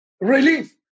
relief